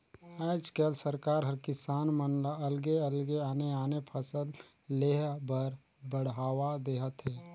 आयज कायल सरकार हर किसान मन ल अलगे अलगे आने आने फसल लेह बर बड़हावा देहत हे